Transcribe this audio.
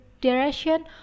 direction